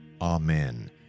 Amen